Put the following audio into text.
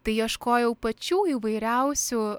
tai ieškojau pačių įvairiausių